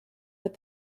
but